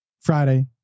Friday